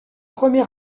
premier